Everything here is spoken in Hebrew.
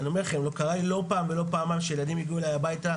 אני אומר לכם קרה לי לא פעם ולא פעמיים שילדים הגיעו אליי הביתה,